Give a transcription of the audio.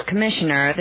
Commissioner